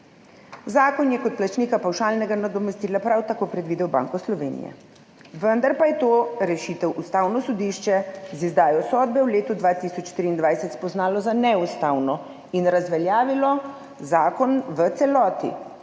Zakon je kot plačnika pavšalnega nadomestila prav tako predvidel Banko Slovenije, vendar pa je to rešitev Ustavno sodišče z izdajo sodbe v letu 2023 spoznalo za neustavno in razveljavilo zakon v celoti.